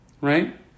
Right